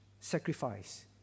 sacrifice